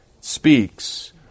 Speaks